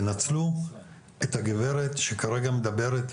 תנצלו את הגברת שכרגע מדברת,